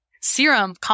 serum